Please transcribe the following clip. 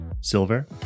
silver